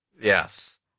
Yes